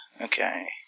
Okay